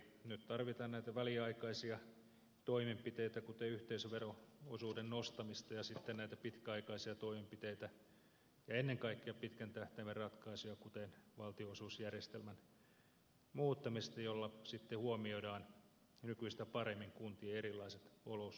nyt tarvitaan näitä väliaikaisia toimenpiteitä kuten yhteisövero osuuden nostamista ja sitten näitä pitkäaikaisia toimenpiteitä ja ennen kaikkea pitkän tähtäimen ratkaisuja kuten valtionosuusjärjestelmän muuttamista jolla sitten huomioidaan nykyistä paremmin kuntien erilaiset olosuhteet